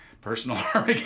Personal